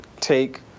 take